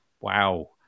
wow